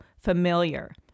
familiar